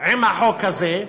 עם החוק הזה,